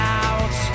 out